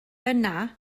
yna